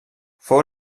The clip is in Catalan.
fou